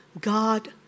God